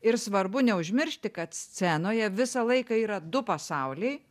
ir svarbu neužmiršti kad scenoje visą laiką yra du pasauliai